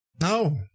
No